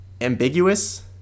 ambiguous